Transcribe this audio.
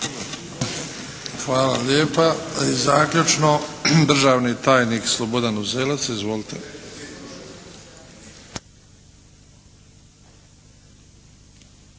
Hvala lijepa. I zaključno, državni tajnik Slobodan Uzelac. Izvolite.